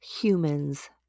humans